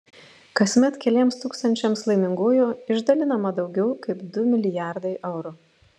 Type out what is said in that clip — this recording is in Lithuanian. kasmet keliems tūkstančiams laimingųjų išdalijama daugiau kaip du milijardai eurų